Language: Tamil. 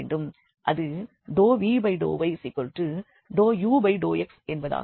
அது ∂v∂y∂u∂x என்பதாகும்